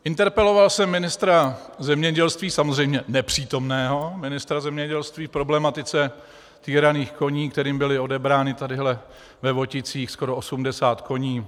Interpeloval jsem ministra zemědělství, samozřejmě nepřítomného ministra zemědělství, v problematice týraných koní, kteří byli odebráni tady ve Voticích, skoro 80 koní.